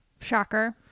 Shocker